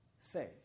faith